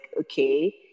okay